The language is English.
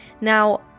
Now